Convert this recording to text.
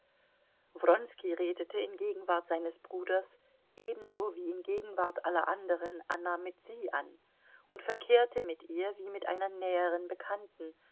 wronski redete in gegenwart seines bruders ebenso wie in gegenwart aller anderen anna mit sie an und verkehrte mit ihr wie mit einer näheren bekannten